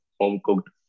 home-cooked